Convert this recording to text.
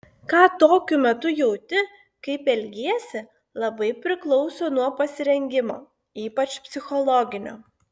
ką tokiu metu jauti kaip elgiesi labai priklauso nuo pasirengimo ypač psichologinio